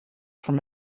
from